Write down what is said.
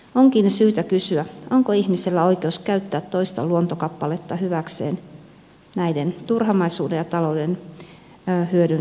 onkin syytä kysyä onko ihmisellä oikeus käyttää toista luontokappaletta hyväkseen turhamaisuuden ja talouden hyödyn tavoittelemisen tähden